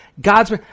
God's